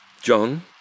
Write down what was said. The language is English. John